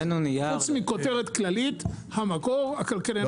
שום מכותרת כללית: המקור הכלכלי.